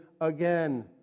again